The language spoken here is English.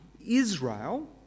Israel